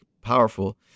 powerful